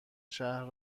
شهر